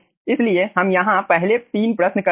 इसलिए हम यहाँ पहले 3 प्रश्न कर रहे हैं